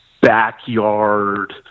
Backyard